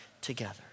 together